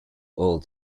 all